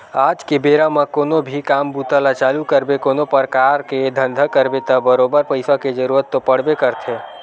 आज के बेरा म कोनो भी काम बूता ल चालू करबे कोनो परकार के धंधा करबे त बरोबर पइसा के जरुरत तो पड़बे करथे